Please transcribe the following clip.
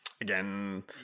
again